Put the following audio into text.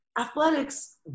athletics